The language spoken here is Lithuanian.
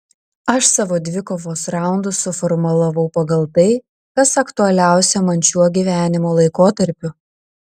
aš savo dvikovos raundus suformulavau pagal tai kas aktualiausia man šiuo gyvenimo laikotarpiu